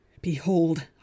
Behold